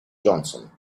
johnson